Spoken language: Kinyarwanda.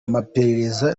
amaperereza